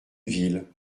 ville